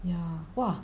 ya !wah!